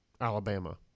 Alabama